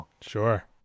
Sure